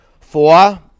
four